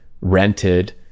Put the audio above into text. rented